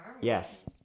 Yes